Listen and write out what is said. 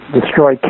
Destroy